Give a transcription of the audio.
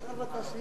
שר המסחר והתעשייה.